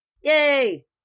Yay